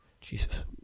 Jesus